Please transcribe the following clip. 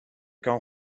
camps